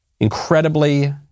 incredibly